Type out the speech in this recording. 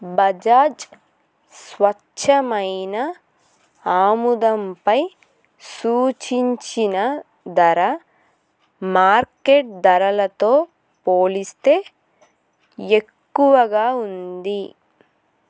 బజాజ్ స్వచ్ఛమైన ఆముదంపై సూచించిన ధర మార్కెట్ ధరలతో పోలిస్తే ఎక్కువగా ఉంది